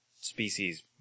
species